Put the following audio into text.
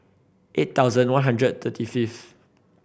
eight thousand one hundred thirty fifth